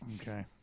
Okay